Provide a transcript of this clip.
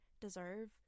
deserve